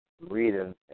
reading